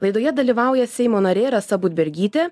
laidoje dalyvauja seimo narė rasa budbergytė